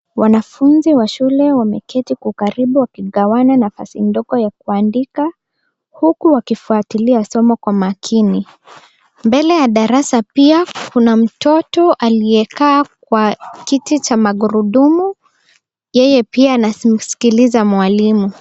Wanafunzi wa shule wameketi kwa ukaribu wakigawana nafasi ndogo ya kuandika huku wakifuatilia somo kwa makini. Mbele ya darasa pia kuna mtoto aliyekaa kwa kiti cha magurudumu. Yeye pia anamskiliza mwalimu.